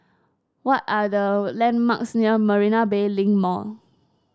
what are the landmarks near Marina Bay Link Mall